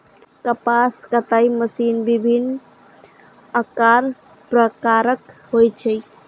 कपास कताइ मशीन विभिन्न आकार प्रकारक होइ छै